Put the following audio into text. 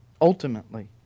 Ultimately